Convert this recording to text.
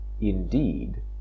indeed